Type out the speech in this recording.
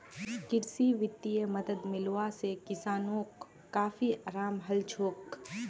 कृषित वित्तीय मदद मिलवा से किसानोंक काफी अराम हलछोक